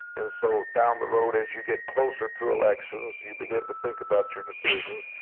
and so down the road as you get closer to elections, you begin to think about your decisions.